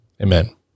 amen